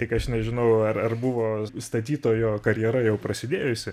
tik aš nežinau ar ar buvo statytojo karjera jau prasidėjusi